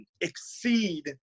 exceed